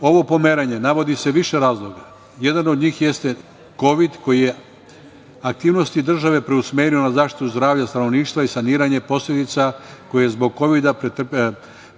ovo pomeranje navodi se više razloga. Jedan od njih jeste kovid koji je aktivnosti države preusmerio na zaštitu zdravlja stanovništva i saniranje posledica koje je zbog kovida